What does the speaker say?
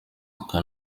aka